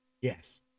Yes